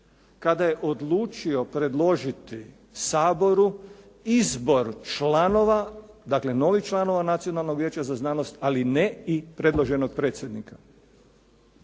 kada je odlučio predložiti Saboru izbor članova, dakle novih članova Nacionalnog vijeća za znanost, ali ne i predloženog predsjednika.